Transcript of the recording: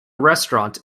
restaurant